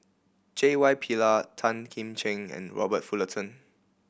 J Y Pillay Tan Kim Ching and Robert Fullerton